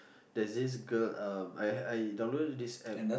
there's this girl um I downloaded this App